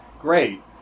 great